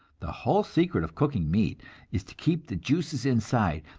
the whole secret of cooking meat is to keep the juices inside,